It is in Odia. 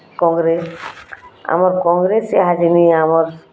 କଂଗ୍ରସ୍ ଆମର୍ କଂଗ୍ରେସ୍ ଈହାଛିନି ଇହାଦେ ଆମର୍